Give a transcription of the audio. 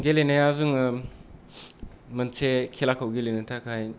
गेलेनाया जोङो मोनसे खेलाखौ गेलेनो थाखाय